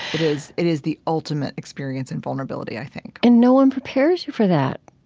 it is it is the ultimate experience in vulnerability, i think and no one prepares you for that